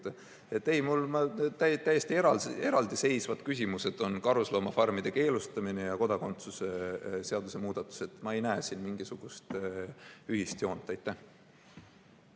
Aga täiesti eraldiseisvad küsimused on karusloomafarmide keelustamine ja kodakondsuse seaduse muudatused. Ma ei näe siin mingisugust ühist joont.